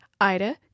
Ida